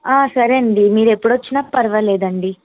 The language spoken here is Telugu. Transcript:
సరే అండి మీరు ఎప్పుడు వచ్చినా పర్వాలేదండి